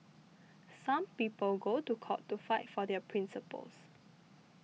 some people go to court to fight for their principles